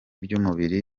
by’umubiri